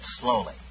slowly